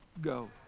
go